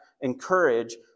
encourage